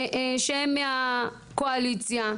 שהם מהקואליציה,